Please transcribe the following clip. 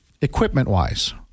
equipment-wise